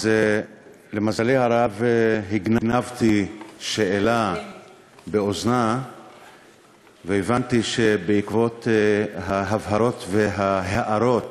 אז למזלי הרב הגנבתי שאלה באוזנה והבנתי שבעקבות ההבהרות וההערות